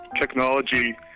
technology